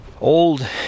old